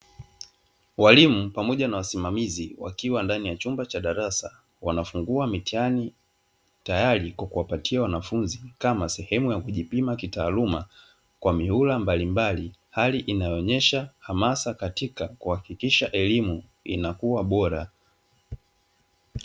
Walimu pamoja na wasimamamizi wakiwa ndani ya chumba cha darasa. Wanafungua mitihani tayari kwa kuwapatia wanafunzi kama sehemu ya kujipima kitaaluma kwa mihula mbalimbali; hali inayoonyesha hamasa katika kuhakikisha elimu inakuwa bora.